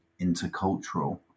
intercultural